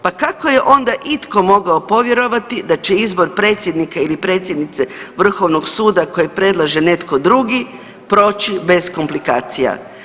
Pa kako je onda itko mogao povjerovati da će izbor predsjednika ili predsjednice Vrhovnog suda koji predlaže netko drugi, proći bez komplikacija?